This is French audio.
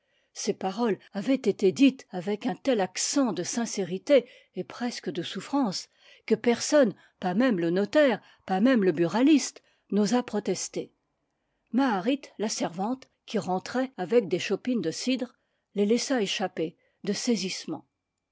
ces paroles avaient été dites avec un tel accent de sincérité et presque de souffrance que personne pas même le notaire pas même le buraliste n'osa protester maharit la servante qui rentrait avec des chopines de cidre les laissa échapper de saisissement